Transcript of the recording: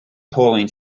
pauline